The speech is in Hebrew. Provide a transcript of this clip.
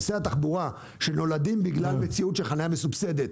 עומסי התחבורה שנולדים בגלל מציאות של חנייה מסובסדת,